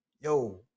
yo